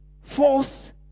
False